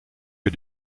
que